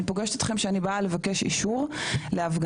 אני פוגשת אתכם כשאני באה לבקש אישור להפגנה,